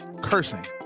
cursing